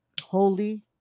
Holy